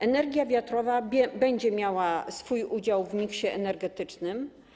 Energia wiatrowa będzie miała swój udział w miksie energetycznym.